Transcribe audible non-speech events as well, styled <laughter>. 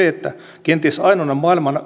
<unintelligible> että kenties ainoana